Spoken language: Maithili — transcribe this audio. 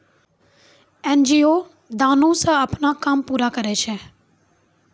एन.जी.ओ दानो से अपनो काम पूरा करै छै